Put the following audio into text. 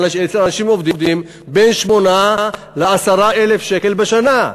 אצל אנשים עובדים בין 8,000 ל-10,000 שקל בשנה.